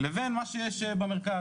לבין מה שיש במרכז,